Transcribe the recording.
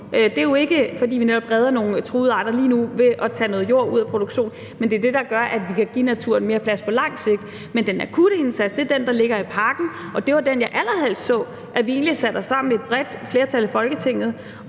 Det er jo ikke, fordi vi netop redder nogle truede arter lige nu ved at tage noget jord ud af produktion, men det er det, der gør, at vi kan give naturen mere plads på lang sigt. Men den akutte indsats er den, der ligger i pakken, og det var den, jeg allerhelst så at vi som et bredt flertal i Folketinget